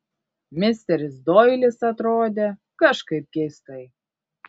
misteris doilis atrodė kažkaip keistai